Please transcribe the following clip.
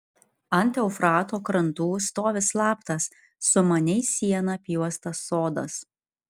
ant eufrato krantų stovi slaptas sumaniai siena apjuostas sodas